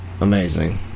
amazing